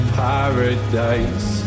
paradise